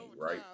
right